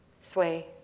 Sway